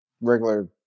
regular